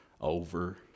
over